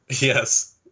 yes